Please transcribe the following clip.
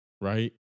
right